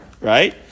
Right